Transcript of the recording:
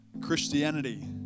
Christianity